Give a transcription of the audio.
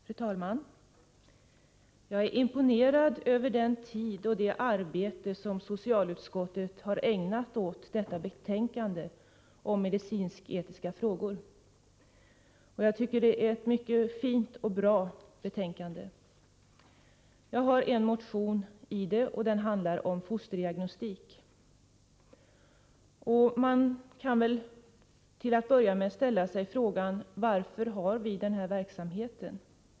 Fru talman! Jag är imponerad över den tid och det arbete som socialutskottet har ägnat åt detta betänkande om medicinsk-etiska frågor. Det är ett mycket fint och bra betänkande. I betänkandet behandlas en motion av mig om fosterdiagnostik. Man kan till att börja med ställa frågan: Varför har vi denna verksamhet?